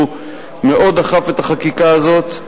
שהוא מאוד דחף את החקיקה הזאת,